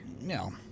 No